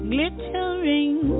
Glittering